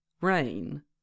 Rain